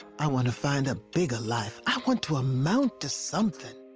i want to find a bigger life. i want to amount to something.